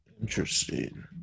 Interesting